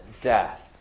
death